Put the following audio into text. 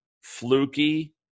fluky